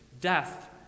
death